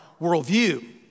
worldview